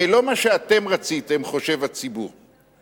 הרי לא מה שאתם רציתם הציבור חושב,